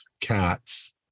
cats